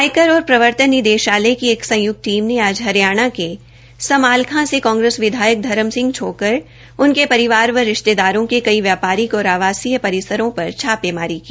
आयकर और प्रवर्तन निदेशालय की एक संयक्त टीम ने आज हरियाणा के समालखां से विधायक धरम सिंह छोक्कर उनके परिवार व रिश्तेदारों के कई व्यापारिक और आवासीय परिवारों पर छापेमारी की